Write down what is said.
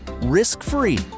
risk-free